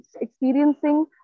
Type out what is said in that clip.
experiencing